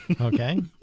okay